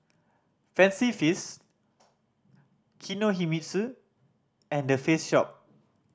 Fancy Feast Kinohimitsu and The Face Shop